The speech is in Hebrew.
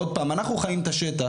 עוד פעם, אנחנו חיים את השטח.